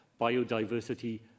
biodiversity